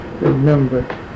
remember